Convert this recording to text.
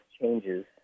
changes